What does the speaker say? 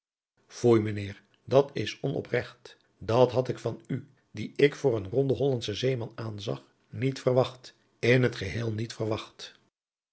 heer dat is onopregt dat had ik van u dien ik voor een ronden hollandschen zeeman aanzag niet verwacht in het geheel niet verwacht